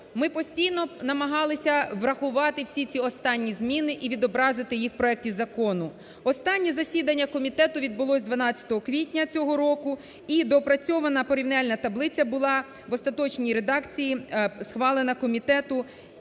Ми постійно намагалися врахувати всі ці останній зміни і відобразити їх в проекті закону. Останнє засідання комітету відбулось 12 квітня цього року. І доопрацьована порівняльна таблиця була в остаточній редакції схвалена комітету.